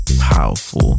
powerful